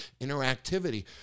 interactivity